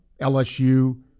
LSU